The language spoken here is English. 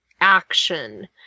action